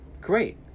great